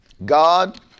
God